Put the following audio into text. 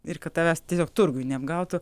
ir kad tavęs tiesiog turguj neapgautų